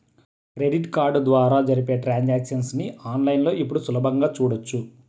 credit card ద్వారా జరిపే transactions ని ఆన్ లైన్ లో ఇప్పుడు సులభంగా చూడొచ్చు